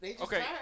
Okay